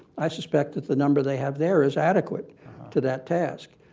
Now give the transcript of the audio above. i suspect that the number they have there is adequate to that task.